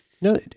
No